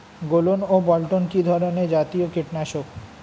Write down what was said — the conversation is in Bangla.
গোলন ও বলটন কি ধরনে জাতীয় কীটনাশক?